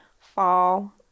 fall